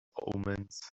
omens